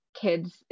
kids